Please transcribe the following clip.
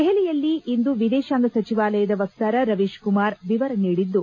ದೆಹಲಿಯಲ್ಲಿಂದು ವಿದೇಶಾಂಗ ಸಚಿವಾಲಯದ ವಕ್ತಾರ ರವೀಶ್ ಕುಮಾರ್ ವಿವರ ನೀಡಿದ್ದು